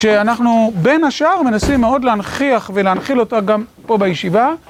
שאנחנו בין השאר מנסים מאוד להנחיח ולהנחיל אותה גם פה בישיבה.